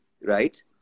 right